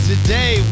Today